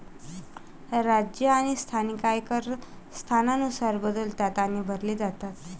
राज्य आणि स्थानिक आयकर स्थानानुसार बदलतात आणि भरले जातात